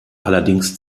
allerdings